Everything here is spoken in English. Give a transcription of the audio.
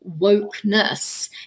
wokeness